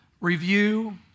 review